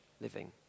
living